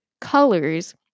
colors